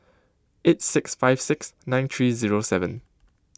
eight six five six nine three zero seven